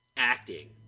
Acting